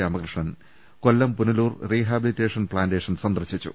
Ramakrishnan Kollam Punalur rehabilitation plantation സന്ദർശി ച്ചു